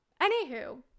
Anywho